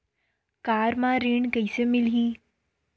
Car म ऋण कइसे मिलही?